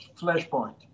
flashpoint